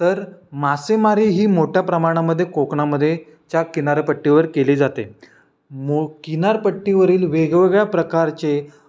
तर मासेमारी ही मोठ्या प्रमाणामध्ये कोकणामध्ये च्या किनारपट्टीवर केली जाते मो किनारपट्टीवरील वेगवेगळ्या प्रकारचे